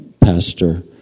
Pastor